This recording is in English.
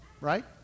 right